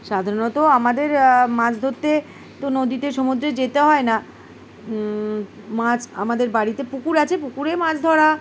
সাধারণত আমাদের মাছ ধরতে তো নদীতে সমুদ্রে যেতে হয় না মাছ আমাদের বাড়িতে পুকুর আছে পুকুরে মাছ ধরা